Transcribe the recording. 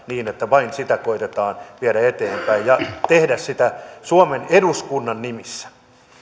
niin että vain sitä koetetaan viedä eteenpäin ja tehdä sitä suomen eduskunnan nimissä